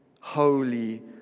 holy